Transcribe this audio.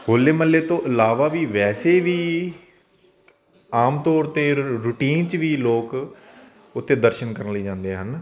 ਹੋਲੇ ਮਹੱਲੇ ਤੋਂ ਇਲਾਵਾ ਵੀ ਵੈਸੇ ਵੀ ਆਮ ਤੌਰ ਤੇ ਰੂਟੀਨ 'ਚ ਵੀ ਲੋਕ ਉਥੇ ਦਰਸ਼ਨ ਕਰਨ ਲਈ ਜਾਂਦੇ ਹਨ